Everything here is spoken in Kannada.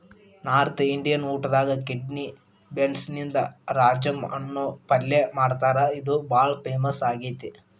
ನಾರ್ತ್ ಇಂಡಿಯನ್ ಊಟದಾಗ ಕಿಡ್ನಿ ಬೇನ್ಸ್ನಿಂದ ರಾಜ್ಮಾ ಅನ್ನೋ ಪಲ್ಯ ಮಾಡ್ತಾರ ಇದು ಬಾಳ ಫೇಮಸ್ ಆಗೇತಿ